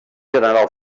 general